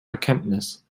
erkenntnis